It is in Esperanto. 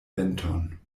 venton